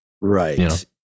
Right